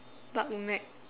duck neck